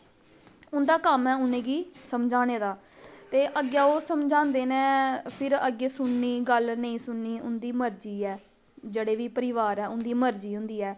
उन्दा कम्म ऐ उ'नें गी समझाने दा ते अग्गें ओह् समझांदे न फिर अग्गैं समझनी गल्ल नेईं सुननी उं'दी मर्जी ऐ जेह्ड़े बी परिवार ऐ उं'दी मर्जी होंदी ऐ